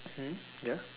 hmm ya